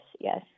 yes